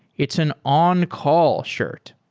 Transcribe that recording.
it's an on-call shirt.